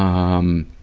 um,